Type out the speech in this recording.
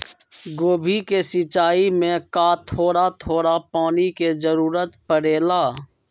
गोभी के सिचाई में का थोड़ा थोड़ा पानी के जरूरत परे ला?